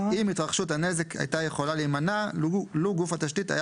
אם התרחשות הנזק הייתה יכולה להימנע לו גוף התשתית היה